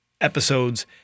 episodes